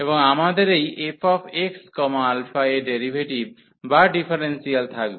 এবং আমাদের এই fxα এর ডেরিভেটিভ বা ডিফারেনসিয়াল থাকবে